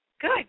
Good